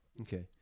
Okay